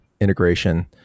integration